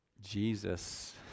Jesus